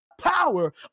power